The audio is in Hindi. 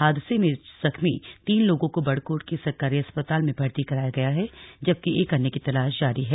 हादसे में जख्मी तीन लोगों को बड़कोट के सरकारी अस्पताल में भर्ती कराया गया है जबकि एक अन्य की तलाश जारी है